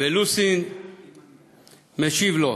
ולוסין משיב לו